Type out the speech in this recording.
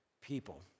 people